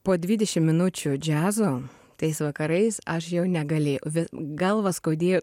po dvidešim minučių džiazo tais vakarais aš jau negalėjau galvą skaudėjo